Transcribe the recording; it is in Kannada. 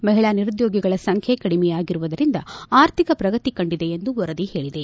ಮಹಿಳಾ ನಿರುದ್ಯೋಗಿಗಳ ಸಂಖ್ನೆ ಕಡಿಮೆಯಾಗಿರುವುದರಿಂದ ಆರ್ಥಿಕ ಪ್ರಗತಿ ಕಂಡಿದೆ ಎಂದು ವರದಿ ಹೇಳಿದೆ